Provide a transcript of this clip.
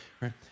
right